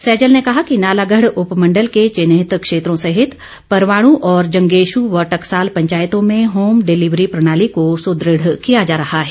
सैजल ने कहा कि नालागढ़ उपमंडल के चिन्हित क्षेत्रों सहित परवाणु और जंगेशू व टकसाल पंचायतों में होम डिलीवरी प्रणाली को सुदृढ़ किया जा रहा है